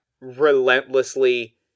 relentlessly